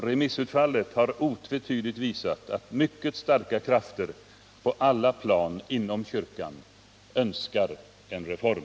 Remissutfallet har otvetydigt visat att mycket starka krafter på alla plan inom kyrkan önskar en reform.